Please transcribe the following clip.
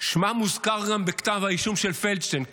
שמם מוזכר גם בכתב האישום של פלדשטיין.